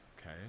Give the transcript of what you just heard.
okay